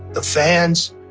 the fans,